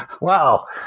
wow